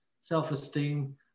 self-esteem